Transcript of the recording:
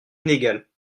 inégale